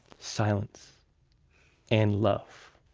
silence and love